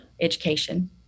education